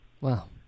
Wow